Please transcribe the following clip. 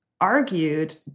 argued